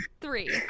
three